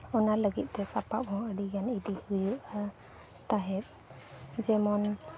ᱚᱱᱟ ᱞᱟᱹᱜᱤᱫᱛᱮ ᱥᱟᱯᱟᱵ ᱦᱚᱸ ᱟᱹᱰᱤᱜᱟᱱ ᱤᱫᱤ ᱦᱩᱭᱩᱜᱼᱟ ᱛᱟᱦᱮᱸᱫ ᱡᱮᱢᱚᱱ